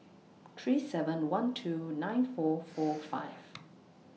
three seven one two nine four four five